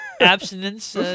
Abstinence